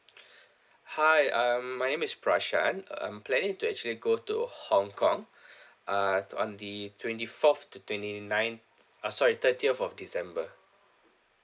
hi uh my name is prashan I'm planning to actually go to hong kong uh to on the twenty fourth to twenty ninth oh sorry thirtieth of december